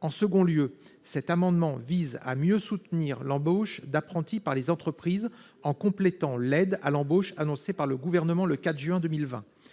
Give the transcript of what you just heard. En second lieu, cet amendement vise à mieux soutenir l'embauche d'apprentis par les entreprises, en complétant l'aide à l'embauche annoncée par le Gouvernement le 4 juin 2020.